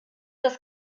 das